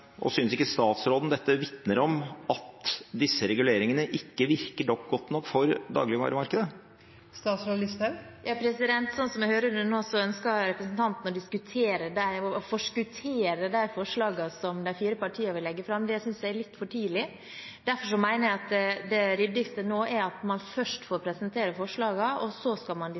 vitner om at disse reguleringene ikke virker godt nok for dagligvaremarkedet? Slik jeg hører det nå, ønsker representanten å forskuttere de forslagene som de fire partiene vil legge fram. Det synes jeg er litt for tidlig. Jeg mener det ryddigste nå er at man først får